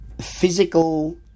physical